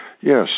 Yes